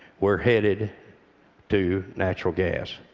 we're headed to natural gas.